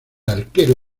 arquero